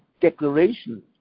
declaration